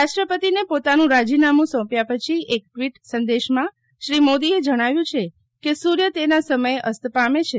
રાષ્ટ્રપતિને પોતાનું રાજીનામું સોંપ્યા પછી એકટ્વીટ સંદેશમાં શ્રી મોદીએ જણાવ્યું છે કે સૂર્ય તેના સમયે અસ્ત પામે છે